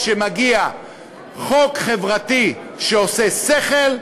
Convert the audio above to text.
כשמגיע חוק חברתי שעושה שכל,